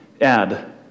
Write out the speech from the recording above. add